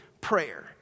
prayer